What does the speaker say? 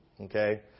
okay